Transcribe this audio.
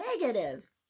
negative